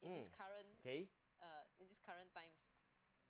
mm K